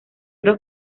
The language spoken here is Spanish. dos